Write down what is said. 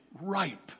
ripe